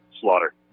slaughter